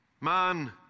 Man